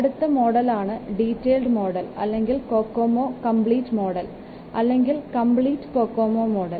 അടുത്ത മോഡലാണ് detailed model അല്ലെങ്കിൽ COCOMO കമ്പ്ലീറ്റ് മോഡൽ അല്ലെങ്കിൽ കമ്പ്ലീറ്റ് COCOMO മോഡൽ